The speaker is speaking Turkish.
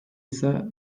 ise